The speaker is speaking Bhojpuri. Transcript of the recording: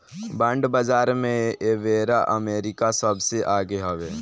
बांड बाजार में एबेरा अमेरिका सबसे आगे हवे